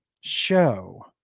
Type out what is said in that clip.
show